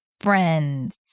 friends